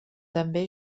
també